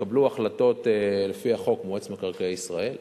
התקבלו החלטות, לפי חוק מועצת מקרקעי ישראל,